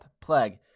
plague